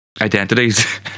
identities